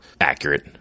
accurate